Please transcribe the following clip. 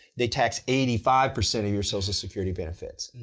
they tax eighty five percent of your social security benefits.